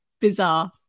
bizarre